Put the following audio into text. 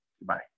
goodbye